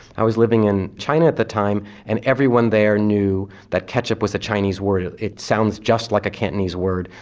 i was living in china at the time, and everyone there knew that ketchup was a chinese word it sounds just like a cantonese word,